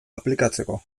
aplikatzeko